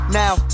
now